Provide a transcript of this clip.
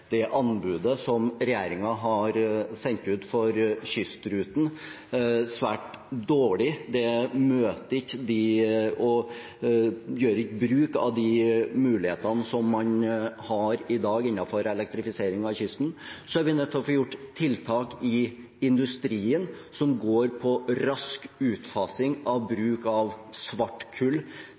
det anbudet regjeringen har sendt ut for Kystruten, svært dårlig. Det gjør ikke bruk av de mulighetene man har i dag innenfor elektrifisering av kysttrafikken. Vi er nødt til å få gjort tiltak i industrien, noe som handler om rask utfasing av bruk av